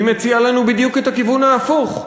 היא מציעה לנו בדיוק את הכיוון ההפוך.